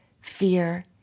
fear